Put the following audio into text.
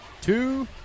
Two